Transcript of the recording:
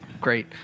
great